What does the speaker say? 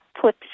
put